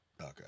Okay